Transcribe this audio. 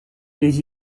les